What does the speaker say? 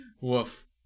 Woof